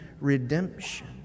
redemption